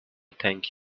thank